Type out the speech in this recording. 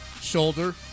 shoulder